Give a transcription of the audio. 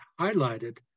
highlighted